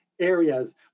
areas